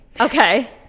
Okay